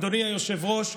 אדוני היושב-ראש,